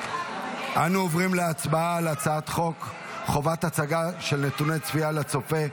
אנו עוברים להצבעה על הצעת חוק חובת הצגה של נתוני צפייה לצופה,